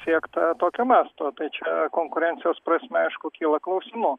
tiek tokio masto tai čia konkurencijos prasme aišku kyla klausimų